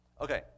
Okay